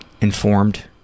informed